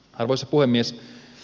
arvoisa puhemies